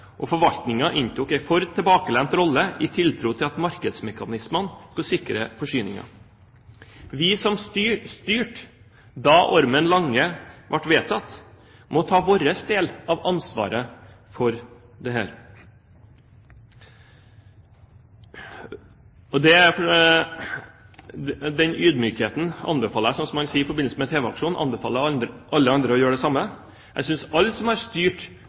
og forvaltningen inntok en for tilbakelent rolle i tiltro til at markedsmekanismene skulle sikre forsyningen. Vi som styrte da Ormen Lange ble vedtatt, må ta vår del av ansvaret for dette. Den ydmykheten anbefaler jeg. Og – slik som man sier i forbindelse med tv-aksjonen: Jeg oppfordrer alle andre til å gjøre det samme. Jeg synes at alle som har styrt